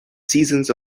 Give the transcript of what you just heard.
seasons